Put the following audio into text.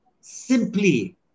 simply